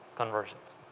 conversions.